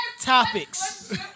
topics